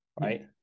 right